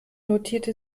notierte